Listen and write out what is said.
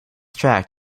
track